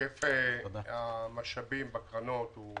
היקף המשאבים בקרנות הוא